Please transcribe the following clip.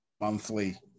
monthly